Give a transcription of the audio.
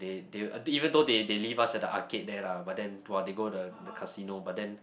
they they even though they they leave us at the arcade there lah but then !wah! they go the the casino but then